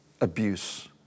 abuse